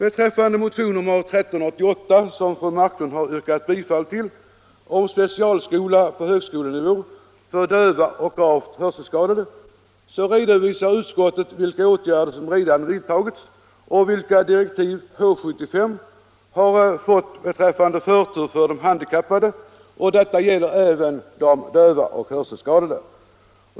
När det gäller motionen 1388, som fru Marklund yrkat bifall till, om specialskola på högskolenivå för döva och gravt hörselskadade, redovisar utskottet vilka åtgärder som redan vidtagits och vilka direktiv H 75 fått beträffande förtur för de handikappade. Detta gäller även de döva och hörselskadade.